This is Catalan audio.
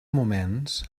moments